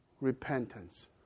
repentance